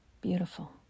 Beautiful